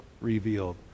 revealed